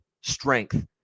strength